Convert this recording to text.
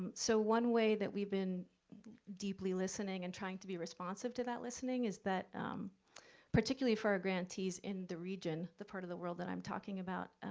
and so one way that we've been deeply listening and trying to be responsive to that listening is that particularly for our grantees in the region the part of the world that i'm talking about,